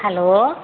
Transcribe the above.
hello